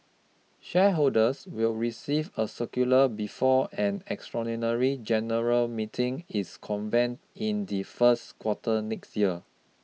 shareholders will receive a circular before an extraordinary general meeting is convened in the first quarter next year